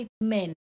men